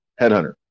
headhunter